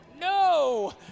No